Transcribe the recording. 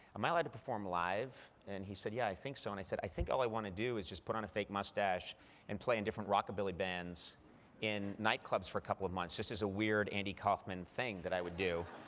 am i allowed to perform live? and he said, yeah, i think so. and i said, i think all i want to do is just put on a fake mustache and play in different rockabilly bands in nightclubs for a couple of months, just as a weird andy kaufman thing that i would do.